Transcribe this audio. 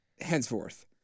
henceforth